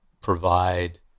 provide